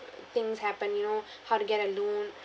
things happen you know how to get a loan